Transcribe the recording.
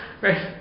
right